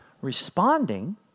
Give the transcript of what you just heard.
Responding